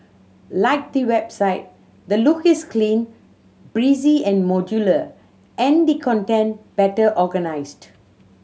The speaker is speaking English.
like the website the look is clean breezy and modular and the content better organised